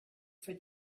for